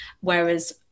Whereas